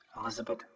Elizabeth